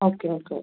okay okay okay